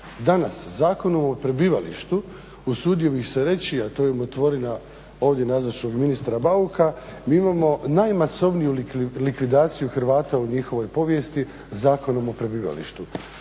Danas Zakonom o prebivalištu usudio bih se reći a to je tvorevina ovdje nazočnog ministra Bauka, mi imamo najmasovniju likvidaciju Hrvata u njihovoj povijesti Zakonom o prebivalištu.